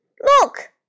Look